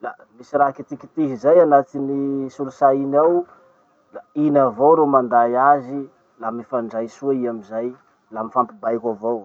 La misy raha kitikitihy zay anatin'ny solosay iny ao da iny avao ro manday azy, la mifandray soa i amizay, la mifampibaiko avao.